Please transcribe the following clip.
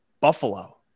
Buffalo